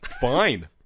fine